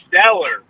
stellar